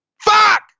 Fuck